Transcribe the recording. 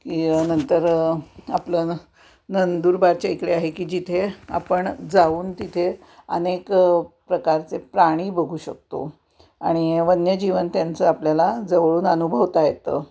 की नंतर आपलं नंदुरबारच्या इकडे आहे की जिथे आपण जाऊन तिथे अनेक प्रकारचे प्राणी बघू शकतो आणि वन्यजीवन त्यांचं आपल्याला जवळून अनुभवता येतं